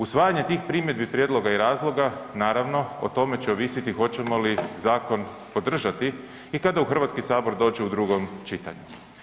Usvajanje tih primjedbi, prijedloga i razloga naravno o tome će ovisiti hoćemo li zakon podržati i kada u HS dođe u drugom čitanju.